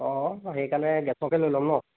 অঁ সেইকাৰণে গেছকে লৈ ল'ম ন